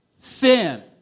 Sin